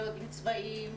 לא יודעים על צבעים,